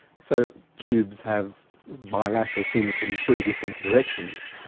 so cubes have bilateral symmetry in three different directions,